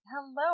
Hello